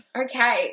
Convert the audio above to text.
Okay